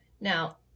Now